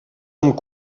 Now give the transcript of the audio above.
amb